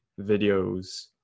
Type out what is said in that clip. videos